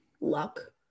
luck